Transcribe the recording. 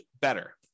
better